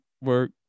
work